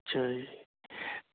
ਅੱਛਾ ਜੀ